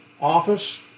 office